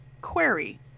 query